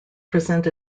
present